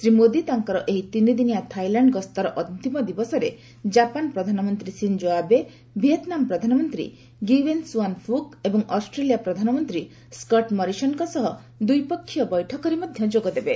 ଶ୍ରୀ ମୋଦି ତାଙ୍କର ଏହି ତିନିଦିନିଆ ଥାଇଲାଣ୍ଡ ଗସ୍ତର ଅନ୍ତିମ ଦିବସରେ ଜାପାନ ପ୍ରଧାନମନ୍ତ୍ରୀ ସିଞ୍ଜୋ ଆବେ ଭିଏତନାମ ପ୍ରଧାନମନ୍ତ୍ରୀ ଗ୍ୟୁଏନ୍ ସୁଆନ୍ ଫୁକ୍ ଏବଂ ଅଷ୍ଟ୍ରେଲିଆ ପ୍ରଧାନମନ୍ତ୍ରୀ ସ୍କଟ୍ ମରିସନ୍ଙ୍କ ସହ ଦ୍ୱିପକ୍ଷିୟ ବୈଠକରେ ମଧ୍ୟ ଯୋଗଦେବେ